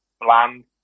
bland